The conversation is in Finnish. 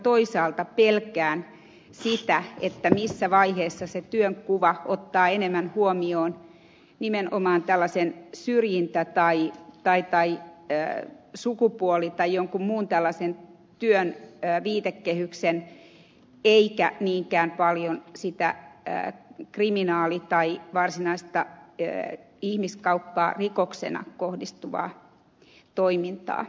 toisaalta pelkään sitä missä vaiheessa se työnkuva ottaa enemmän huomioon nimenomaan syrjintä tai sukupuoli tai jonkun muun tällaisen työn viitekehyksen eikä niinkään paljon sitä kriminaalista tai varsinaista ihmiskauppaa rikoksena harjoitettua toimintaa